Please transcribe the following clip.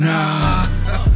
Nah